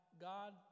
God